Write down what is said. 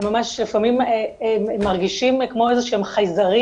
הם ממש לפעמים מרגישים כמו איזה שהם חייזרים